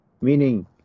Meaning